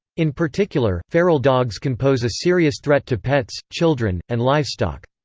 in particular, feral dogs can pose a serious threat to pets, children, and livestock.